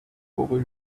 over